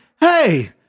hey